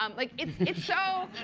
um like, it's it's so